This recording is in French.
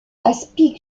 aspic